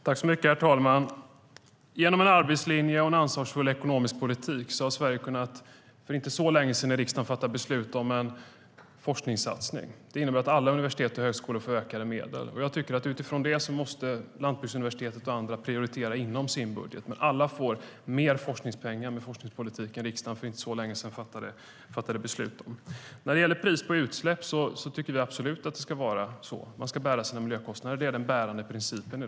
Herr talman! Genom en arbetslinje och en ansvarsfull ekonomisk politik har Sverige kunnat för inte så länge i riksdagen kunnat fatta beslut om en forskningssatsning. Det innebär att alla universitet och högskolor får ökade medel. Jag tycker att Lantbruksuniversitetet och andra utifrån det måste prioritera inom sin budget. Alla får mer forskningspengar med den forskningspolitik som riksdagen fattade beslut om för inte så länge sedan. När det gäller pris på utsläpp vill jag säga att vi absolut tycker att det ska vara så. Man ska bära sina miljökostnader. Det är den bärande principen.